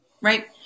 right